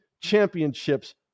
championships